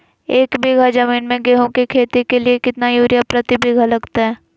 एक बिघा जमीन में गेहूं के खेती के लिए कितना यूरिया प्रति बीघा लगतय?